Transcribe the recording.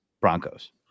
Broncos